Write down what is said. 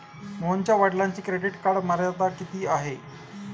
मोहनच्या वडिलांची credit card मर्यादा किती आहे?